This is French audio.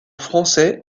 français